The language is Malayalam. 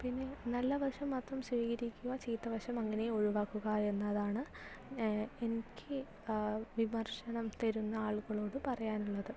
പിന്നെ നല്ല വശം മാത്രം സ്വീകരിക്കുക ചീത്ത വശം അങ്ങനെ ഒഴിവാക്കുക എന്നതാണ് എനിക്ക് വിമർശനം തരുന്ന ആളുകളോട് പറയാനുള്ളത്